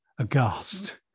Aghast